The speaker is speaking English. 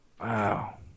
Wow